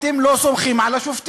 אתם לא סומכים על השופטים.